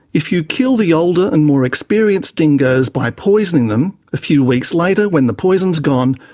if you kill the older and more experienced dingoes by poisoning them, a few weeks later when the poison's gone,